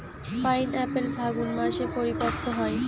pineapple ফাল্গুন মাসে পরিপক্ব হয়